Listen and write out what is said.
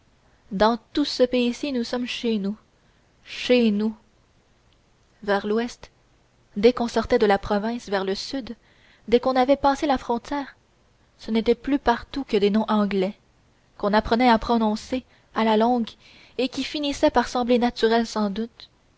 dans tout ce pays-ci nous sommes chez nous chez nous vers l'ouest dès qu'on sortait de la province vers le sud dès qu'on avait passé la frontière ce n'était plus partout que des noms anglais qu'on apprenait à prononcer à la longue et qui finissaient par sembler naturels sans doute